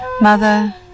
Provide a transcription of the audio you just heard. Mother